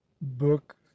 book